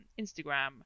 instagram